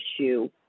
issue